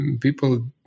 people